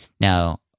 Now